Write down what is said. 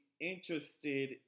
interested